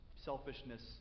selfishness